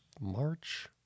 March